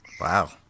wow